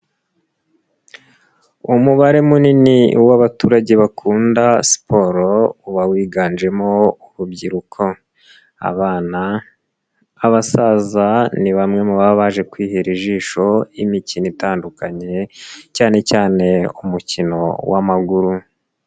Umubare munini w'abaturage bakunda siporo uba wiganjemo urubyiruko, abana, abasaza ni bamwe mu baba baje kwihera ijisho imikino itandukanye, cyane cyane umukino w'amaguru.